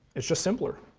it's just simpler.